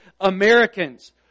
Americans